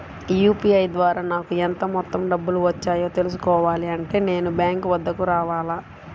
UPI ద్వారా నాకు ఎంత మొత్తం డబ్బులు వచ్చాయో తెలుసుకోవాలి అంటే నేను బ్యాంక్ వద్దకు రావాలా?